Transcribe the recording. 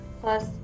plus